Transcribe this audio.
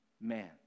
man